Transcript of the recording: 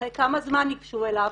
אחרי כמה זמן ניגשו אליו,